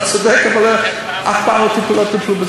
אתה צודק, אבל אף פעם לא טיפלו בזה.